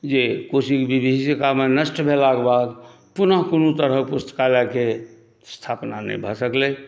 जे कोशीके विभीषकामे नष्ट भेलाक बाद पुनः कोनो तरहके पुस्तकालयके स्थापना नहि भऽ सकलै